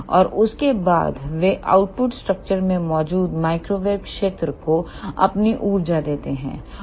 और उसके बाद वे आउटपुट स्ट्रक्चर में मौजूद माइक्रोवेव क्षेत्र को अपनी ऊर्जा देते हैं